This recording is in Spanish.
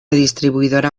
distribuidora